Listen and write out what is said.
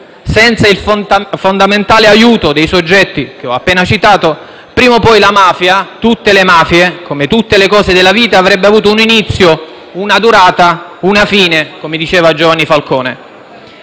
Senza il fondamentale aiuto dei soggetti appena citati, prima o poi la mafia, tutte le mafie, come tutte le cose della vita, avrebbe avuto un inizio, una durata e una fine, come diceva Giovanni Falcone.